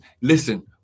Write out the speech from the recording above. listen